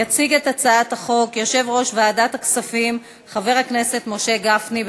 יציג את הצעת החוק יושב-ראש ועדת הכספים חבר הכנסת משה גפני.